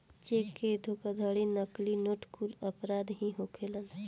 check के धोखाधड़ी, नकली नोट कुल अपराध ही होखेलेन